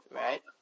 right